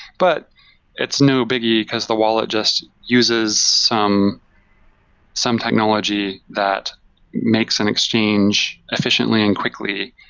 but it's no biggie, because the wallet just uses some some technology that makes an exchange efficiently and quickly,